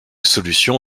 solution